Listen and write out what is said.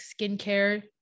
skincare